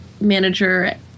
manager